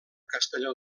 castelló